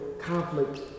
conflict